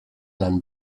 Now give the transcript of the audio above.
than